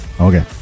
Okay